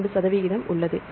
2 சதவிகிதம் உள்ளது